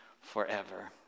forever